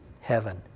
heaven